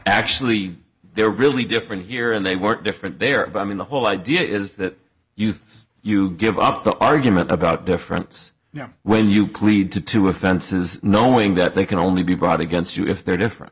actually they're really different here and they work different there but i mean the whole idea is that youths you give up the argument about difference you know when you plead to two offenses knowing that they can only be brought against you if they're different